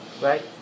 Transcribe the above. Right